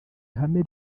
ihame